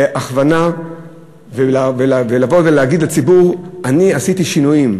והכוונה לבוא ולהגיד לציבור: אני עשיתי שינויים,